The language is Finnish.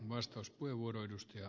arvoisa puhemies